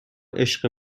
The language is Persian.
عشق